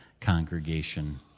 congregation